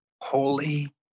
holy